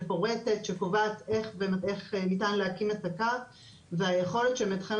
מפורטת שקובעת איך ניתן להקים את הקו והיכולת של מתכנן